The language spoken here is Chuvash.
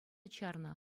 чарнӑ